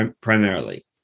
primarily